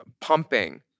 pumping